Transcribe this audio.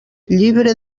llibre